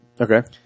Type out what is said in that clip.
okay